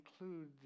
include